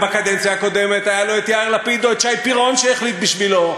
ובקדנציה הקודמת היה לו את יאיר לפיד או את שי פירון שהחליטו בשבילו.